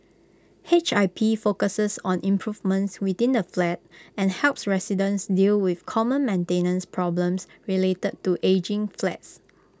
H I P focuses on improvements within the flat and helps residents deal with common maintenance problems related to ageing flats